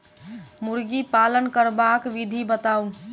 मुर्गी पालन करबाक विधि बताऊ?